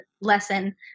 lesson